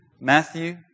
Matthew